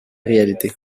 réalité